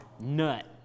nut